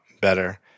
better